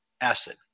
acid